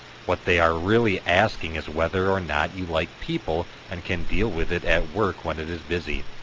what they are really asking is whether or not you like people and can deal with it at work when it is busy.